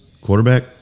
Quarterback